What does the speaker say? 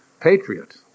patriot